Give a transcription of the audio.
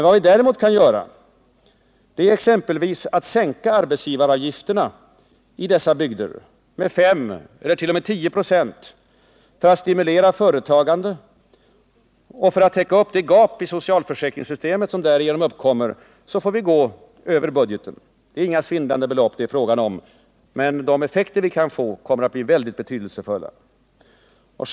Vad vi däremot kan göra, det är exempelvis att sänka arbetsgivaravgiften i dessa bygder med 5 eller t.o.m. 10 926 för att stimulera till företagande, och för att täcka det gap i socialförsäkringssystemet som därigenom uppkommer får vi gå över budgeten. Det är inte fråga om några svindlande belopp, men de effekter vi kan få kommer att bli mycket betydelsefulla för dessa bygder.